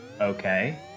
Okay